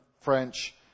French